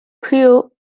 crew